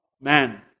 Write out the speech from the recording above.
Man